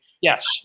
Yes